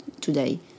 today